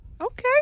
Okay